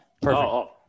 perfect